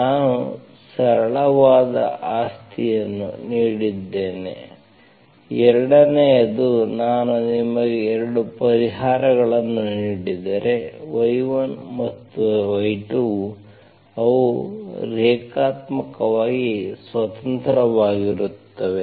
ನಾನು ಸರಳವಾದ ಆಸ್ತಿಯನ್ನು ನೀಡಿದ್ದೇನೆ ಎರಡನೆಯದು ನಾನು ನಿಮಗೆ 2 ಪರಿಹಾರಗಳನ್ನು ನೀಡಿದರೆ y1 ಮತ್ತು y2 ಅವು ರೇಖಾತ್ಮಕವಾಗಿ ಸ್ವತಂತ್ರವಾಗಿರುತ್ತವೆ